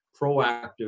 proactive